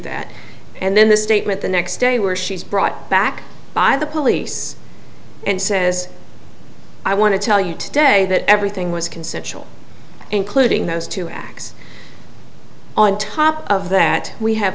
that and then the statement the next day where she's brought back by the police and says i want to tell you today that everything was consensual including those two acts on top of that we have